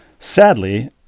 Sadly